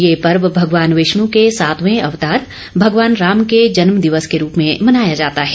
यह पर्व भगवान विष्ण के सातवे अवतार भगवान राम के जन्मदिवस के रूप में मनाया जाता है